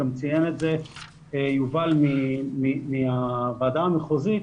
גם ציין את זה יובל מהוועדה המחוזית,